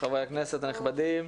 חברי הכנסת הנכבדים,